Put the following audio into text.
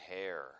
hair